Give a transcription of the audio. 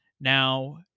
Now